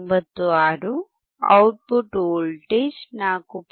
96 output voltage 4